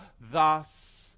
thus